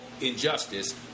injustice